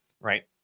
right